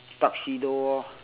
tuxedo orh